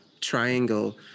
triangle